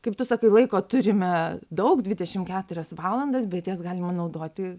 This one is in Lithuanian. kaip tu sakai laiko turime daug dvidešimt keturias valandas bet jas galima naudoti